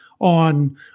on